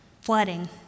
flooding